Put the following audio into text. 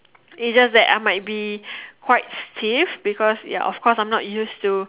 it's just that I might be quite stiff because ya of cause I am not used to